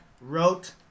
wrote